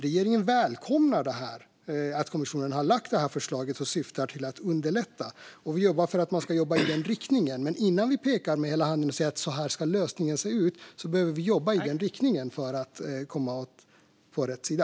Regeringen välkomnar att kommissionen har lagt fram detta förslag som syftar till att underlätta. Innan vi pekar med hela handen och säger hur lösningen ska se ut behöver vi jobba i den riktningen för att komma på rätt sida.